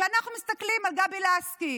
כשאנחנו מסתכלים על גבי לסקי,